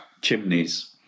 chimneys